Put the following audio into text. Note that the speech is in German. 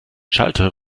schalter